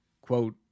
quote